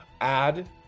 add